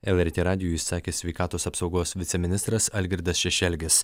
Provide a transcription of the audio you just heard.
lrt radijui sakė sveikatos apsaugos viceministras algirdas šešelgis